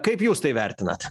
kaip jūs tai vertinat